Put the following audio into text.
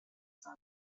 seinem